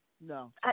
No